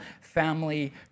family